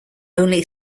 only